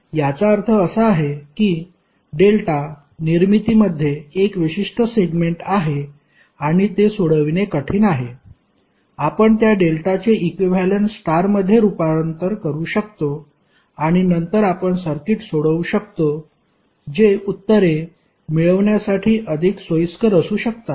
याचा अर्थ असा आहे की डेल्टा निर्मितीमध्ये 1 विशिष्ट सेगमेंट आहे आणि ते सोडविणे कठीण आहे आपण त्या डेल्टाचे इक्विव्हॅलेंट स्टारमध्ये रूपांतर करू शकतो आणि नंतर आपण सर्किट सोडवू शकतो जे उत्तरे मिळविण्यासाठी अधिक सोयीस्कर असू शकतात